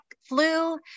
flu